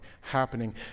happening